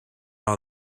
are